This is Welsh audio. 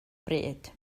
bryd